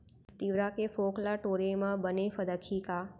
तिंवरा के फोंक ल टोरे म बने फदकही का?